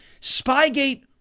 Spygate